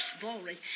glory